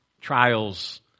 trials